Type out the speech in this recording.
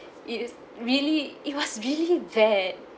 it is really it was really bad